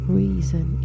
reason